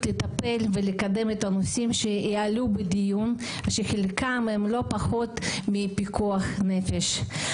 לטפל ולקדם את הנושאים שיעלו בדיון ושחלקם הם לא פחות מפיקוח נפש.